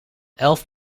elf